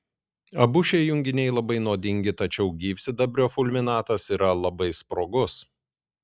abu šie junginiai labai nuodingi tačiau gyvsidabrio fulminatas yra labai sprogus